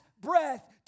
breath